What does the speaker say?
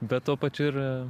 bet tuo pačiu ir